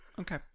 okay